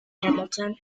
hamilton